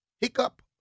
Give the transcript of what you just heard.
hiccup